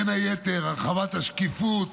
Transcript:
בין היתר: הרחבת השקיפות,